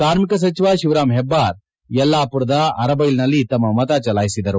ಕಾರ್ಮಿಕ ಸಚಿವ ಶಿವರಾಮ್ ಹೆಬ್ಬಾರ್ ಯಲ್ಲಾಮರದ ಅರಬೈಲ್ನಲ್ಲಿ ತಮ್ಮ ಮತ ಚಲಾಯಿಸಿದರು